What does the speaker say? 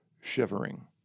shivering